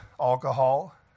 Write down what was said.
alcohol